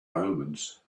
omens